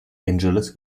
angeles